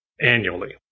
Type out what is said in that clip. annually